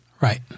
Right